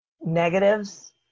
negatives